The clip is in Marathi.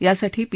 यासाठी पी